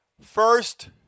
first